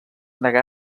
negà